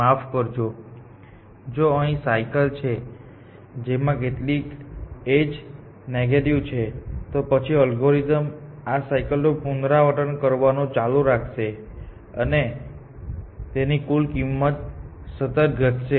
માફ કરજો જો અહીં સાયકલ છે જેમાં કેટલીક એજ નેગેટિવ છે તો પછી અલ્ગોરિધમ્સ આ સાયકલનું પુનરાવર્તન કરવાનું ચાલુ રાખશે અને તેની કુલ કિંમત સતત ઘટશે